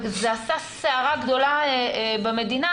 וזה עשה סערה גדולה במדינה,